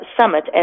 summit